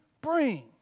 bring